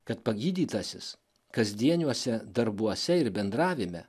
kad pagydytasis kasdieniuose darbuose ir bendravime